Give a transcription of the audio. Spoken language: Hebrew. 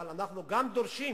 אבל אנחנו גם דורשים